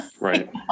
Right